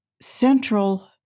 central